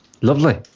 lovely